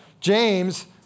James